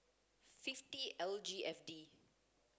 fifty L G F D